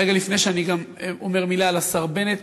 רגע לפני שאני אומר מילה על השר בנט.